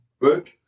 work